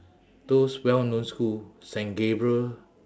those well known school saint gabriel